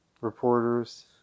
reporters